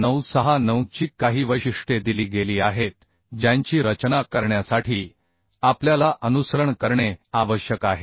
816 1969 ची काही वैशिष्ट्ये दिली गेली आहेत ज्यांची रचना करण्यासाठी आपल्याला अनुसरण करणे आवश्यक आहे